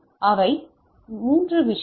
இவை 3 விஷயங்கள்